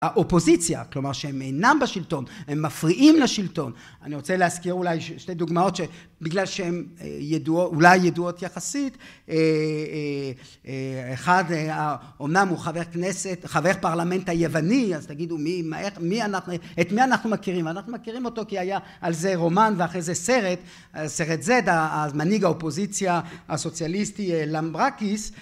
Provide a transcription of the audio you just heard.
האופוזיציה, כלומר שהם אינם בשלטון, הם מפריעים לשלטון, אני רוצה להזכיר אולי שתי דוגמאות שבגלל שהן אולי ידועות יחסית, אחד אומנם הוא חבר כנסת, חבר פרלמנט היווני, אז תגידו מי אנחנו את מי אנחנו מכירים אנחנו מכירים אותו כי היה על זה רומן ואחרי זה סרט סרט זדה המנהיג האופוזיציה הסוציאליסטי למברקיס